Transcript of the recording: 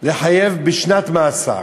יכול לחייב בשנת מאסר,